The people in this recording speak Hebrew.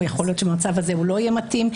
יכול להיות שבמצב הזה הוא לא יהיה מתאים,